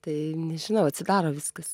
tai nežinau atsidaro viskas